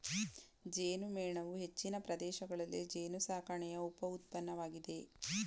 ಜೇನುಮೇಣವು ಹೆಚ್ಚಿನ ಪ್ರದೇಶಗಳಲ್ಲಿ ಜೇನುಸಾಕಣೆಯ ಉಪ ಉತ್ಪನ್ನವಾಗಿದೆ